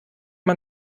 man